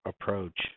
approach